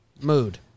mood